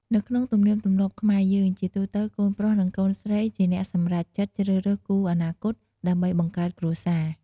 នៅក្នុងទំនៀមទំម្លាប់ខ្មែរយើង ជាទូទៅកូនប្រុស និងកូនស្រីជាអ្នកសម្រេចចិត្តជ្រើសរើសគូរអនាគត ដើម្បីបង្កើតគ្រួសារ។